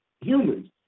humans